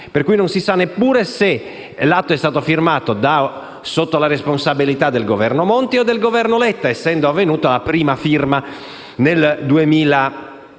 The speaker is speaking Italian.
firmati; non si sa neppure se l'atto è stato firmato sotto la responsabilità del Governo Monti o del Governo Letta, essendovi stata la prima firma nel 2013;